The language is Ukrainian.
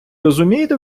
розумієте